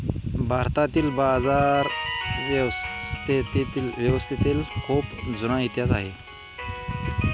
भारतातील बाजारव्यवस्थेला खूप जुना इतिहास आहे